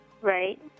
Right